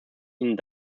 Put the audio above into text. ihnen